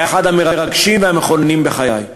היה אחד המרגשים והמכוננים בחיי.